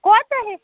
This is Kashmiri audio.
کوتاہ ہےٚ